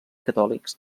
catòlics